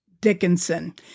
Dickinson